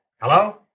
Hello